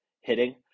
hitting